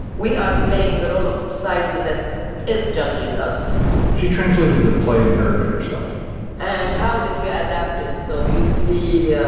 we are playing the role of society that is judging us she translated the play in arabic herself and how did we adapt it? so you'd see,